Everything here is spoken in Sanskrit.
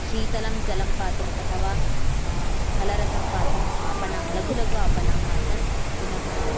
शीतलं जलं पातुम् अथवा फलरसं पातुम् आपणाः लघु लघु आपणाः आसन् पुनः